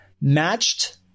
matched